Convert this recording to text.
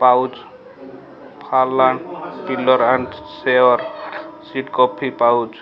pouch ଫାଲା pillar and sure seed coffee pouch